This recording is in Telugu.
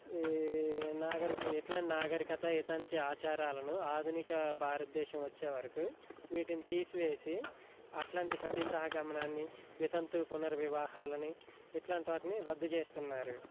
ఈ నాగరిక ఎట్లాంటి నాగరికత ఇతంటి ఆచారాలను ఆధునిక భారతదేశం వచ్చేవరకు వీటిని తీసివేసి అట్లాంటి సతీసహగమనాన్ని వితంతు పునర్వివాహాలని ఇట్లాంటి వాటిని రద్దు చేస్తున్నారు